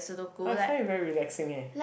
I find it very relaxing eh